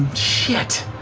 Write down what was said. shit.